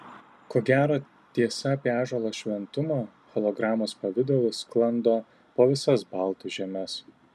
ko gero tiesa apie ąžuolo šventumą hologramos pavidalu sklando po visas baltų žemes